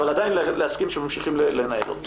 אבל עדיין להסכים שממשיכים לנהל אותו.